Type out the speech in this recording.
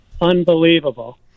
Unbelievable